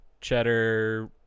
cheddar